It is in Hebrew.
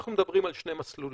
אנחנו מדברים על שני מסלולים,